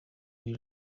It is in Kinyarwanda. buri